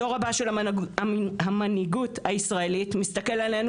הדור הבא של המנהיגות הישראלית מסתכל עלינו